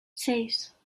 seis